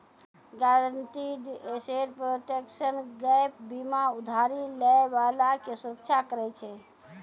guaranteed asset protection gap बीमा उधारी लै बाला के सुरक्षा करै छै